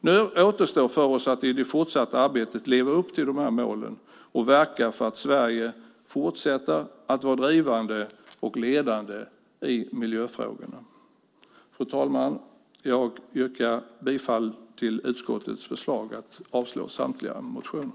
Nu återstår det för oss att i det fortsatta arbetet leva upp till de målen och verka för att Sverige fortsätter att vara drivande och ledande i miljöfrågorna. Fru talman! Jag yrkar bifall till utskottets förslag och avslag på samtliga motioner.